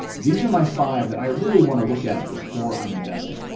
these are my five that i really want to look at before i'm investing.